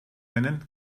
nennen